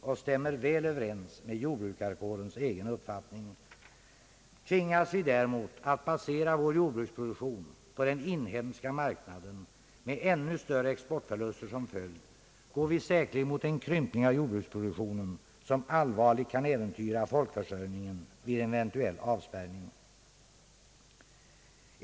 Den stämmer väl överens med jordbrukarkårens egen «uppfattning. Tvingas vi däremot att basera vår jordbruksproduktion på den inhemska marknaden med ännu större exportförluster som följd, går vi säkerligen mot en krympning av jordbruksproduktionen som allvarligt kan äventyra folkförsörjningen vid en eventuell avspärrning.